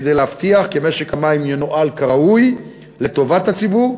כדי להבטיח כי משק המים ינוהל כראוי לטובת הציבור,